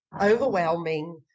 overwhelming